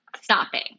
stopping